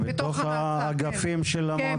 בתוך האגפים של המועצה?